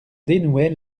dénouait